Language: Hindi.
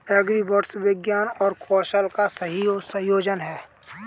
एग्रीबॉट्स विज्ञान और कौशल का सही संयोजन हैं